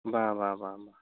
ᱵᱟ ᱵᱟ ᱵᱟᱝ